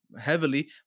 heavily